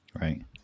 right